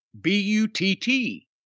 B-U-T-T